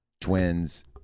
twins